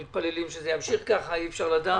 מתפללים שזה ימשיך כך למרות שאי אפשר לדעת.